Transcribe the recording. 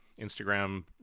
Instagram